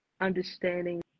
understanding